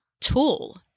tool